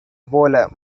போல